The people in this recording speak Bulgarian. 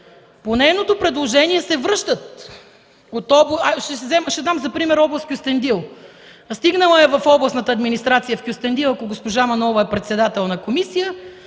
По нейното предложение се връщат. Ще дам за пример област Кюстендил. Стигнал е до Областната администрация в Кюстендил, ако госпожа Манолова е председател на комисия,